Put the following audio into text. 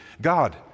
God